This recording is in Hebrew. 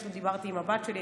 פשוט דיברתי עם הבת שלי,